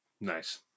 Nice